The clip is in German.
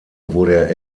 wurde